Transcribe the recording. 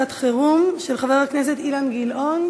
בשעת-חירום (תיקון) של חבר הכנסת אילן גילאון.